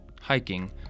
Hiking